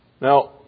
Now